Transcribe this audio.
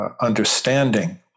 understanding